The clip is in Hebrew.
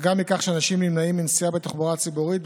אך גם מכך שאנשים נמנעים מנסיעה בתחבורה הציבורית,